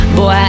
Boy